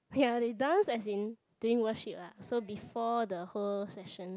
ya they dance as in during worship lah so before the whole session